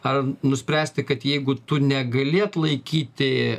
ar nuspręsti kad jeigu tu negali atlaikyti